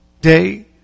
day